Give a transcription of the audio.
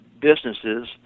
businesses